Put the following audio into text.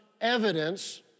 evidence